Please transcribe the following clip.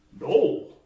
No